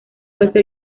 fuese